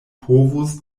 povus